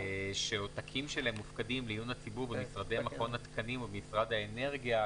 שעותקים שלהם מופקדים לעיון הציבור במשרדי מכון התקנים או משרד האנרגיה.